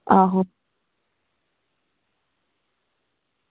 आहो